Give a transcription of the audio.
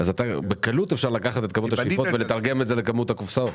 בקלות אפשר לקחת את כמות השאיפות ולתרגם אותה לכמות הקופסאות.